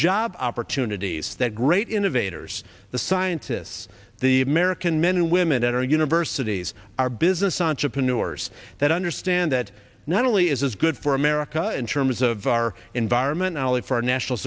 job opportunities that great innovators the scientists the american men and women at our universities our business entrepreneurs that understand that not only is this good for america in terms of our environment alief our national